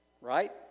Right